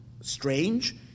strange